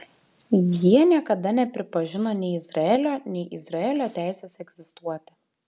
jie niekada nepripažino nei izraelio nei izraelio teisės egzistuoti